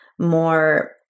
more